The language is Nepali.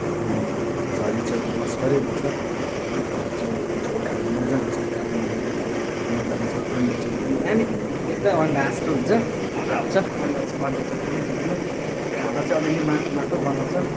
अनि झरी च्याउ त लस्करै हुन्छ है झरी च्याउ झोल खानु मज्जा आउँछ कालुङ्गे भुटेर खानु मज्जा आउँछ अन्डे च्याउ पनि दामी देख्दा अन्डा जस्तो हुन्छ मज्जा आउँछ अन्डा अन्डे च्याउ पनि टिप्नु तर खाँदा चाहिँ अलि अलि माटो माटो गनाउँछ